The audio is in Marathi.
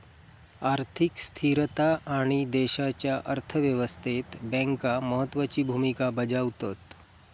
आर्थिक स्थिरता आणि देशाच्या अर्थ व्यवस्थेत बँका महत्त्वाची भूमिका बजावतत